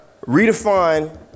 redefine